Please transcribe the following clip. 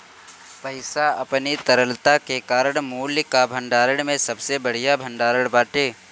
पईसा अपनी तरलता के कारण मूल्य कअ भंडारण में सबसे बढ़िया भण्डारण बाटे